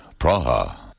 Praha